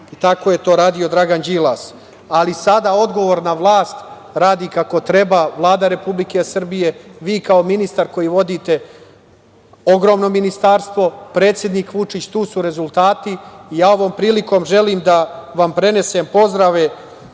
Tako je to radio Dragan Đilas. Sada odgovorna vlast radi kako treba, Vlada Republike Srbije, vi kao ministar koji vodite ogromno ministarstvo, predsednik Vučić. Tu su rezultati i ja ovom prilikom želim da vam prenesem pozdrave